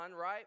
right